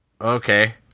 Okay